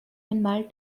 einmal